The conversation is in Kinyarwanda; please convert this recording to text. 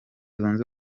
zunze